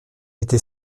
était